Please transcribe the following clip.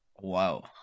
wow